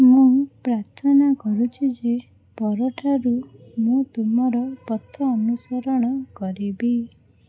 ମୁଁ ପ୍ରାର୍ଥନା କରୁଛି ଯେ ପରଠାରୁ ମୁଁ ତୁମର ପଥ ଅନୁସରଣ କରିବି